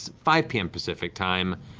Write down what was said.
five pm pacific time,